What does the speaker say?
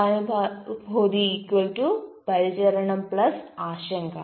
സഹാനുഭൂതി പരിചരണം ആശങ്ക